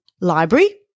Library